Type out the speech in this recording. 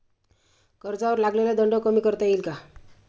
कर्जावर लागलेला दंड कमी करता येईल का?